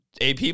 AP